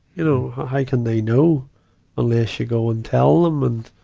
you know, how can they know unless you go and tell them. and,